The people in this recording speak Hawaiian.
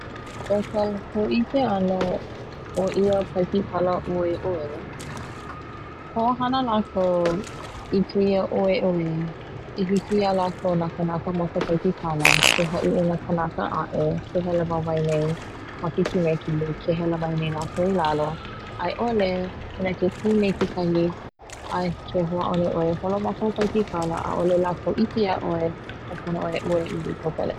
'O ka ho'ike 'ano o ia paikikala 'oe'oe ho'ohana lakou i keia oeoe i hiki ia lakou na kanaka ma ka paikikala ke ha'i i na kanaka a'e ke hele wawae nei ma ke kimeki ke hele mai nei lakou i lalo 'ai'ole i na ke ku nei kekahi a ke ho'a'o nei 'oe e holo ma kou paikikala 'a'ole lakou 'ike ia 'oe a pono 'oe i 'oeoe i ka pele.